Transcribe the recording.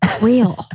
real